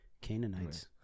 Canaanites